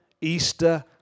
Easter